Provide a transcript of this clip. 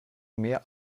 mehr